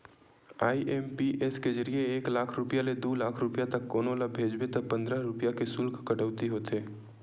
IMPS के जरिए एक लाख रूपिया ले दू लाख रूपिया तक कोनो ल भेजबे त पंद्रह रूपिया के सुल्क कटउती होथे